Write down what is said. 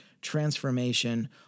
transformation